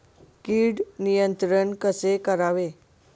कीड नियंत्रण कसे करावे?